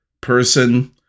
person